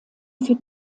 für